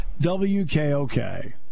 WKOK